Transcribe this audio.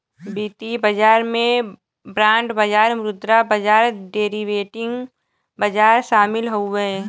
वित्तीय बाजार में बांड बाजार मुद्रा बाजार डेरीवेटिव बाजार शामिल हउवे